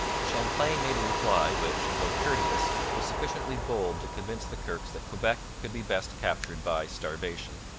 champlain made a reply which, though courteous, was sufficiently bold to convince the kirkes that quebec could be best captured by starvation.